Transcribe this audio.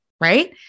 right